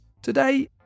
Today